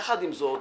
יחד עם זאת,